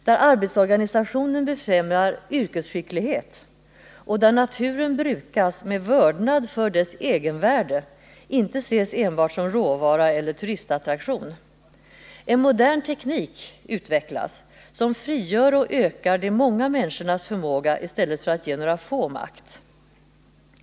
Där arbetsorganisationen befrämjar yrkesskicklighet och där naturen brukas med vördnad för dess egenvärde, inte ses enbart som råvara eller turistattraktion. En modern teknik utvecklas, som frigör och ökar de många människornas förmåga i stället för att ge några få makt.